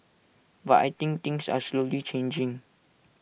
but I think things are slowly changing